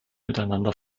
miteinander